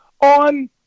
on